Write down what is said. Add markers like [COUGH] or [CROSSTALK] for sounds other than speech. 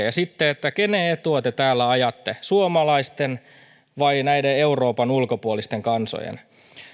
[UNINTELLIGIBLE] ja sitten kenen etua te täällä ajatte suomalaisten vai näiden euroopan ulkopuolisten kansojen